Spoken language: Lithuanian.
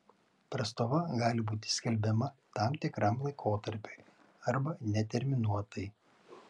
prastova gali būti skelbiama tam tikram laikotarpiui arba neterminuotai